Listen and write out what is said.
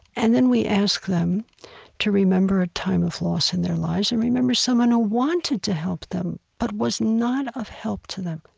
and then we ask them to remember a time of loss in their lives and remember someone who wanted to help them but was not of help to them.